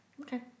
Okay